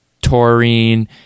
taurine